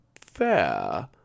fair